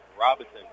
Robinson